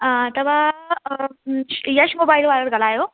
तव्हां यश मोबाइल वारा था ॻाल्हायो